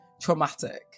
traumatic